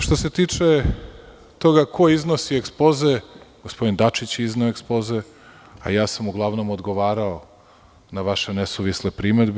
Što se tiče toga ko iznosi ekspoze, gospodin Dačić je izneo ekspoze, a ja sam uglavnom odgovarao na vaše nesuvisle primedbe.